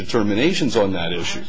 determinations on that issue